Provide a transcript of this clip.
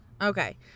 Okay